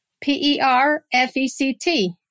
P-E-R-F-E-C-T